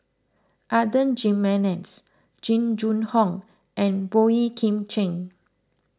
Adan Jimenez Jing Jun Hong and Boey Kim Cheng